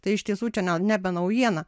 tai iš tiesų čia ne nebe naujiena